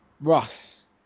Russ